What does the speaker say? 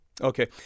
Okay